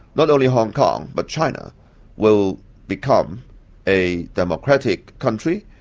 not only hong kong, but china will become a democratic country,